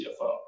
CFO